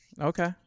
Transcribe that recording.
Okay